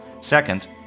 Second